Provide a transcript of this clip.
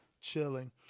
chilling